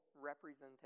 representation